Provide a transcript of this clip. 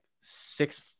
six